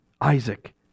Isaac